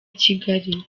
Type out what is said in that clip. kigali